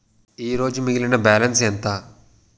ఈరోజు మిగిలిన బ్యాలెన్స్ ఎంత?